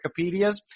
Wikipedias